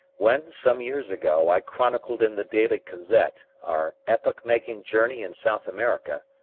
when, some years ago, i chronicled in the daily gazette our epoch-making journey in south america,